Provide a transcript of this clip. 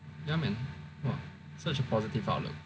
ya man !wah! such a positive outlook